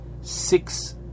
six